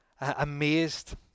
amazed